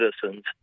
citizens